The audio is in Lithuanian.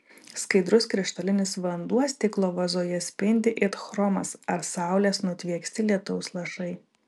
skaidrus krištolinis vanduo stiklo vazoje spindi it chromas ar saulės nutvieksti lietaus lašai